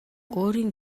өөрийн